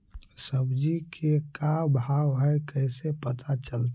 सब्जी के का भाव है कैसे पता चलतै?